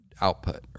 output